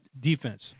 defense